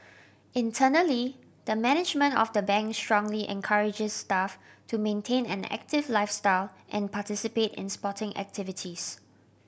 internally the management of the Bank strongly encourages staff to maintain an active lifestyle and participate in sporting activities